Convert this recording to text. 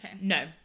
no